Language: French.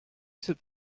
cet